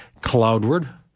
Cloudward